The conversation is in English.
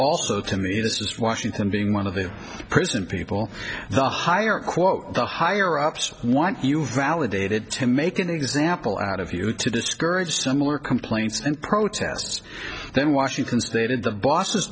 also to me this is washington being one of the person people the higher quote the higher ups want you validated to make an example out of you to discourage similar complaints and protests then washington stated the bosses